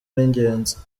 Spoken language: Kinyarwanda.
n’ingenzi